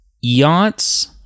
yachts